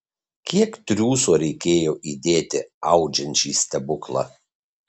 kiek triūso reikėjo įdėti audžiant šį stebuklą